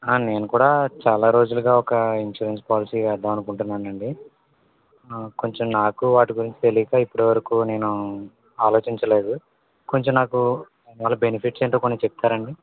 ఆ నేను కూడా చాలా రోజులుగా ఒక ఇన్స్యూరెన్స్ పాలిసి వేద్దామని అనుకుంటున్నానండి కొంచం నాకు వాటి గురించి తెలీక ఇప్పడి వరకు నేను ఆలోచించలేదు కొంచం నాకు దాని బెనిఫిట్స్ ఎంటో కొంచం చెప్తారా అండీ